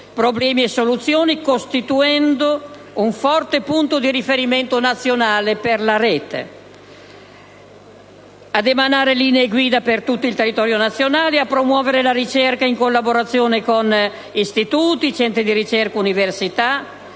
problemi e soluzioni costituendo un forte punto di riferimento nazionale per la rete; ad emanare linee guida per tutto il territorio nazionale; a promuovere la ricerca in collaborazione con istituti, centri di ricerca, università;